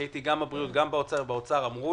כי הייתי גם בבריאות וגם באוצר ובאוצר אמרו